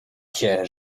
się